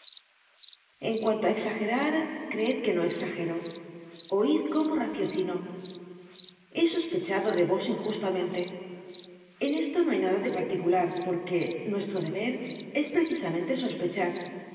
en cuanto á exagerar creed que no exagero oid gómo raciocino he sospechado de vos injustamente en esto no hay nada de particular porque nuestro deber es precisamente sospechar